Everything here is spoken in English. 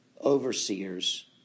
overseers